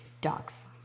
Dogs